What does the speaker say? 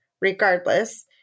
regardless